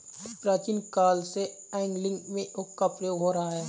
प्राचीन काल से एंगलिंग में हुक का प्रयोग हो रहा है